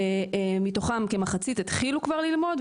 מתוכם כמחצית התחילו כבר ללמוד,